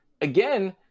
again